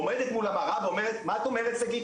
עומדת מול המראה ואומרת: 'מה את אומרת שגית,